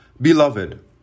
Beloved